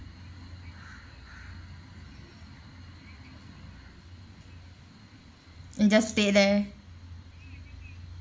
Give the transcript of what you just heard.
and just stay there